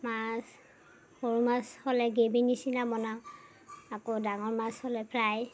মাছ সৰু মাছ হ'লে গ্ৰেভি নিচিনা বনাওঁ আকৌ ডাঙৰ মাছ হ'লে ফ্ৰাই